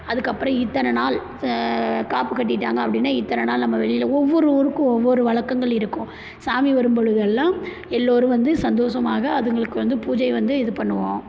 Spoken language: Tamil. அதுக்கப்பறம் இத்தன நாள் ச காப்பு கட்டிட்டாங்க அப்படின்னா இத்தன நாள் நம்ம வெளியில ஒவ்வொரு ஊருக்கும் ஒவ்வொரு வழக்கங்கள் இருக்கும் சாமி வரும்பொழுது எல்லாம் எல்லோரும் வந்து சந்தோஷமாக அதுங்களுக்கு வந்து பூஜை வந்து இது பண்ணுவோம்